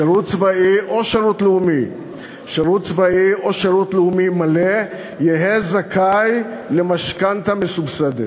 שירות צבאי או שירות לאומי מלא יהיה זכאי למשכנתה מסובסדת.